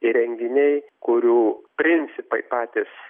įrenginiai kurių principai patys